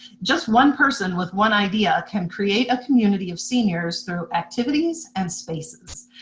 just one person with one idea can create a community of seniors through activities and spaces.